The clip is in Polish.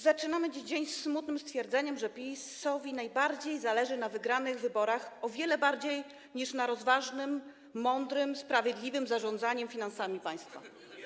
Zaczynamy dzień smutnym stwierdzeniem, że PiS-owi najbardziej zależy na wygranych wyborach, o wiele bardziej niż na rozważnym, mądrym, sprawiedliwym zarządzaniu finansami państwa.